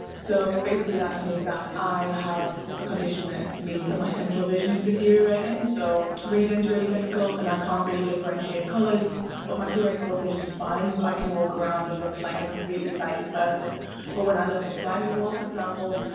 so, basically, that just means that i have a condition that means that my central vision's deteriorating, and so, reading's really difficult and i can't really differentiate colours but my peripheral vision's fine, so, i can walk around and look like a completely sighted person but when i look at a climbing wall, for example,